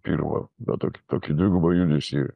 pirmą na tokį tokį dvigubą judesį